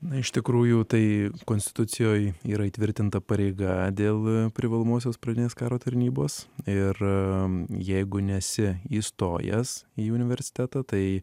na iš tikrųjų tai konstitucijoj yra įtvirtinta pareiga dėl privalomosios pradinės karo tarnybos ir jeigu nesi įstojęs į universitetą tai